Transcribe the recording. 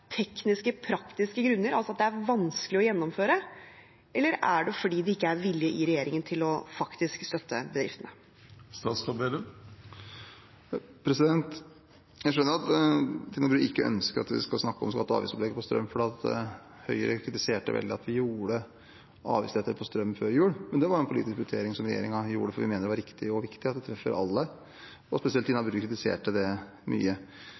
tekniske og praktiske grunner, altså at det er vanskelig å gjennomføre? Eller er det fordi det ikke er vilje i regjeringen til faktisk å støtte bedriftene? Jeg skjønner at Tina Bru ikke ønsker at vi skal snakke om skatte- og avgiftsopplegg på strøm, for Høyre kritiserte veldig at vi gjorde avgiftslettelser på strøm før jul. Det var en politisk prioritering som regjeringen gjorde fordi vi mente det var riktig og viktig at vi treffer alle, og spesielt Tina Bru kritiserte det mye.